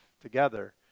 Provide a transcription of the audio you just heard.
together